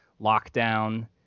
Lockdown